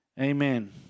Amen